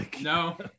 no